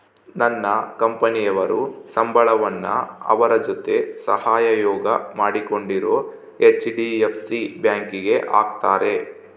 ನನ್ನ ಕಂಪನಿಯವರು ಸಂಬಳವನ್ನ ಅವರ ಜೊತೆ ಸಹಯೋಗ ಮಾಡಿಕೊಂಡಿರೊ ಹೆಚ್.ಡಿ.ಎಫ್.ಸಿ ಬ್ಯಾಂಕಿಗೆ ಹಾಕ್ತಾರೆ